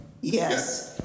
Yes